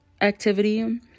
activity